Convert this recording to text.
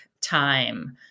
time